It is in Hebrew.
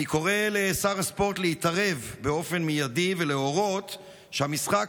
אני קורא לשר הספורט להתערב באופן מיידי ולהורות שהמשחק